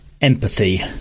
empathy